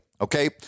okay